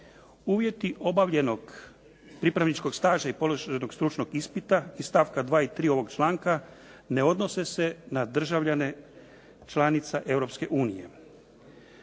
Uvjeti obavljenog pripravničkog staža i položenog stručnog ispita iz stavka 2. i 3. ovog članka ne odnose se na državljane članice